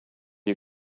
you